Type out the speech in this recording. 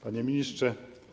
Panie Ministrze!